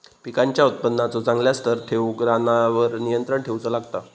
पिकांच्या उत्पादनाचो चांगल्या स्तर ठेऊक रानावर नियंत्रण ठेऊचा लागता